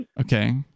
Okay